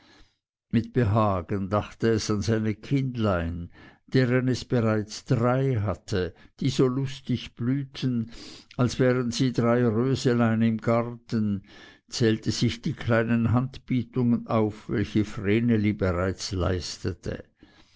mit behagen dachte es an seine kindlein deren es bereits drei hatte die so lustig blühten als wären sie drei röselein im garten zählte sich die kleinen handbietungen auf welche vreneli bereits leistete